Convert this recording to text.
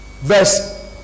verse